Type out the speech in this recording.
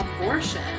abortion